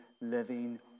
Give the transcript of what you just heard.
living